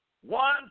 one